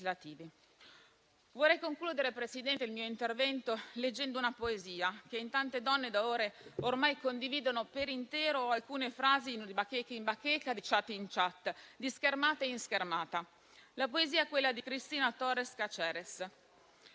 vorrei concludere il mio intervento leggendo una poesia che tante donne, da ore, ormai condividono, per intero o solo alcune frasi, di bacheca in bacheca, di *chat* in *chat*, di schermata in schermata. La poesia è quella di Cristina Torres-Cáceres.